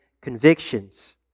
convictions